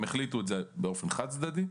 הם החליטו על כך באופן חד-צדדי.